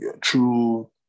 True